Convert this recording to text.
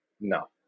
no